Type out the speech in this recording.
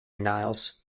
niles